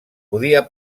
podia